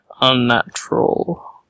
unnatural